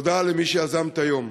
תודה למי שיזם את היום.